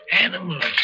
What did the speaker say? Animals